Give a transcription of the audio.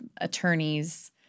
attorneys